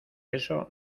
eso